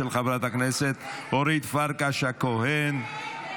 של חברת הכנסת אורית פרקש הכהן.